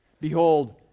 behold